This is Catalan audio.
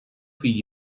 fill